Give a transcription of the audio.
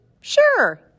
Sure